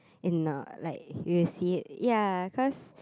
in a like if you see it ya cause